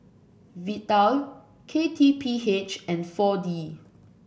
Vital K T P H and four D